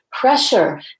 pressure